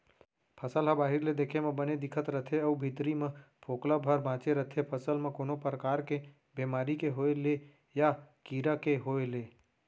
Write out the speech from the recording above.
फसल ह बाहिर ले देखे म बने दिखत रथे अउ भीतरी म फोकला भर बांचे रथे फसल म कोनो परकार के बेमारी के होय ले या कीरा के होय ले